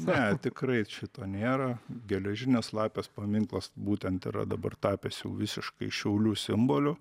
ne tikrai šito nėra geležinės lapės paminklas būtent yra dabar tapęs jau visiškai šiaulių simboliu